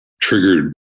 triggered